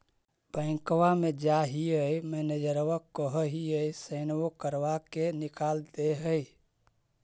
बैंकवा मे जाहिऐ मैनेजरवा कहहिऐ सैनवो करवा के निकाल देहै?